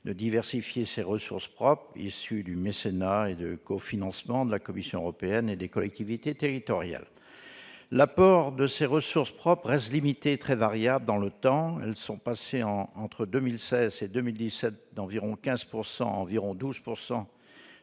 de diversifier ses ressources propres, issues du mécénat et de cofinancements de la Commission européenne et des collectivités territoriales. L'apport de ces ressources propres reste limité et très variable dans le temps. Elles sont passées, entre 2016 et 2017, d'environ 15 % à environ 12